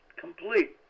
complete